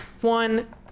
one